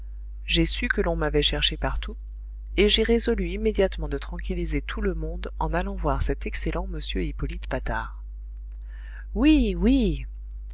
j'ai su que l'on m'avait cherché partout et j'ai résolu immédiatement de tranquilliser tout le monde en allant voir cet excellent m hippolyte patard oui oui